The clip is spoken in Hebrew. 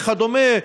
וכדומה,